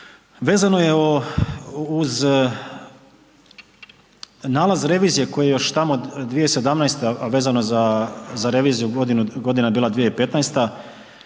vezano je uz nalaz revizije koji je još tamo 2017., a vezano za reviziju godina je bila 2015.